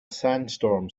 sandstorm